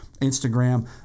Instagram